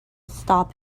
stop